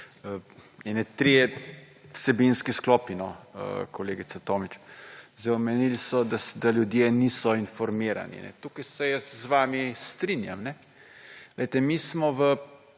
Ene trije vsebinski sklopi no, kolegica Tomić. Zdaj, omenili so, da ljudje niso informirani. Tukaj se jaz z vami strinjam. Poglejte, mi smo v